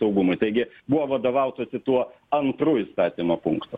saugumui taigi buvo vadovautasi tuo antru įstatymo punktu